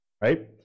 Right